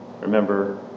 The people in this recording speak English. Remember